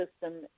system